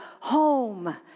Home